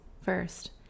first